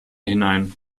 hinein